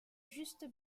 just